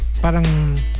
parang